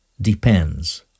depends